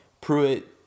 Pruitt